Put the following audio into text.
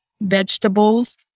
vegetables